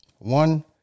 One